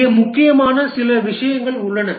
இங்கே முக்கியமான சில விஷயங்கள் உள்ளன